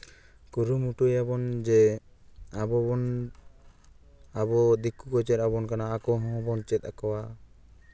ᱠᱩᱨᱩᱢᱩᱴᱩᱭᱟᱵᱚᱱ ᱡᱮ ᱟᱵᱚᱵᱚᱱ ᱟᱵᱚ ᱫᱤᱠᱩ ᱠᱚ ᱪᱮᱫ ᱟᱵᱚᱱ ᱠᱟᱱᱟ ᱟᱠᱚ ᱦᱚᱸᱵᱚᱱ ᱪᱮᱫ ᱟᱠᱚᱣᱟ